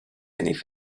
beneath